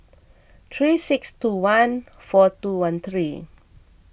three six two one four two one three